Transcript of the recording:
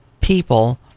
people